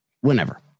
whenever